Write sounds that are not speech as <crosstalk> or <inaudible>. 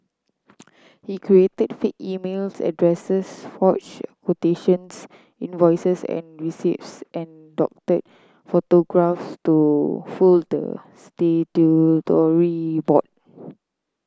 he created fake emails addresses forged quotations invoices and receipts and doctored photographs to fool the <unintelligible> board